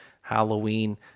Halloween